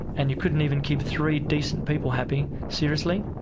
and you couldn't even keep three decent people happy. seriously?